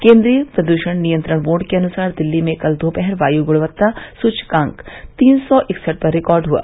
केन्द्रीय प्रदूषण नियंत्रण बोर्ड के अनुसार दिल्ली में कल दोपहर वायु गुणवत्ता सूचकांक तीन सौ इकसठ पर रिकॉर्ड हुआ